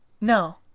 No